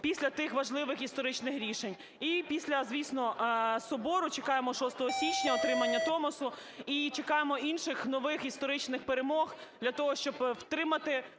після тих важливих історичних рішень. І після, звісно, Собору чекаємо 6 січня отримання Томосу і чекаємо інших нових історичних перемог для того, щоб втримати,